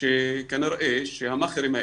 שכנראה שהמאכרים,